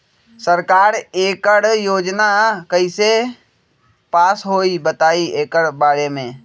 सरकार एकड़ योजना कईसे पास होई बताई एकर बारे मे?